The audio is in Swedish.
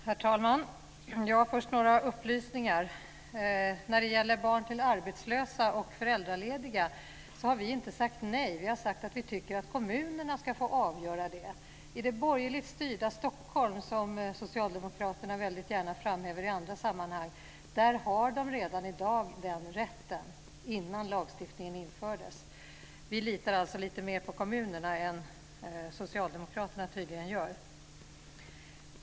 Herr talman! Först har jag några upplysningar. När det gäller barn till arbetslösa och föräldralediga har vi inte sagt nej. Vi har sagt att vi tycker att kommunerna ska få avgöra det. I det borgerligt styrda Stockholm, som socialdemokraterna väldigt gärna framhäver i andra sammanhang, har de redan i dag den rätten, dvs. innan lagstiftningen infördes. Vi litar alltså lite mer på kommunerna än vad socialdemokraterna tydligen gör.